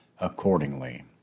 accordingly